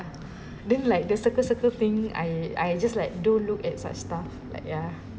then like the circle circle thing I I just like don't look at such stuff like ya